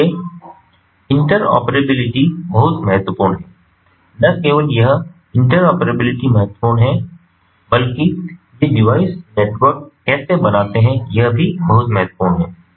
इसलिएइंटरऑपरेबिलिटी बहुत महत्वपूर्ण है न केवल यह कि इंटरऑपरेबिलिटी महत्वपूर्ण है बल्कि ये डिवाइस नेटवर्क कैसे बनाते हैं यह भी बहुत महत्वपूर्ण है